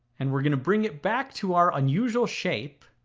and we're going to bring it back to our unusual shape.